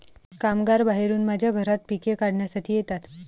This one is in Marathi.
कामगार बाहेरून माझ्या घरात पिके काढण्यासाठी येतात